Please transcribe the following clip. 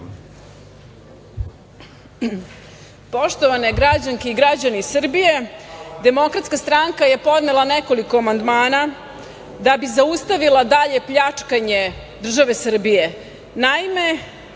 Poštovane građanke i građani Srbije, DS je podnela nekoliko amandmana da bi zaustavila dalje pljačkanje države Srbije.